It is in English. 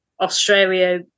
Australia